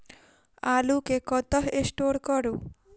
आलु केँ कतह स्टोर करू?